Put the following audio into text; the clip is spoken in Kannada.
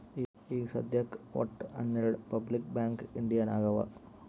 ಈಗ ಸದ್ಯಾಕ್ ವಟ್ಟ ಹನೆರ್ಡು ಪಬ್ಲಿಕ್ ಬ್ಯಾಂಕ್ ಇಂಡಿಯಾ ನಾಗ್ ಅವಾ